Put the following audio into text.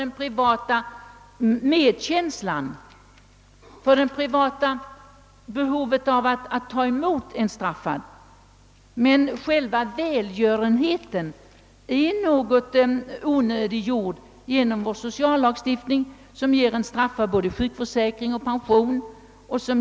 Den privata medkänslan behövs dock i hög grad, men själva välgörenheten är onödiggjord genom vår sociallagstiftning. En straffad har både sjukförsäkring och pension.